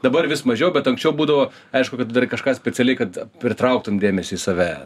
dabar vis mažiau bet anksčiau būdavo aišku kai tu darai kažką specialiai kad pritrauktum dėmesį į save